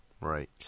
Right